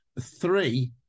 Three